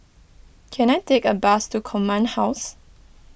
can I take a bus to Command House